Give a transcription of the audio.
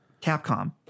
capcom